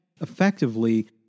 effectively